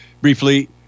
briefly